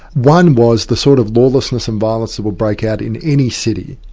one was the sort of lawlessness and violence that would break out in any city,